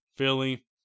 Philly